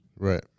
Right